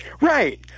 Right